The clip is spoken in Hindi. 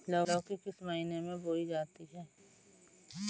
लौकी किस महीने में बोई जाती है?